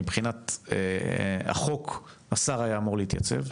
מבחינת החוק השר אמור היה להתייצב.